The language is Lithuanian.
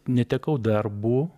netekau darbų